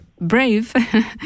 brave